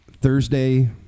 Thursday